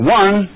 one